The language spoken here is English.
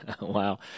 Wow